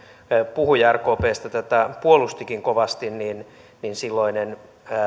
puhuja rkpstä tätä puolustikin kovasti niin silloinen